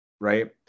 right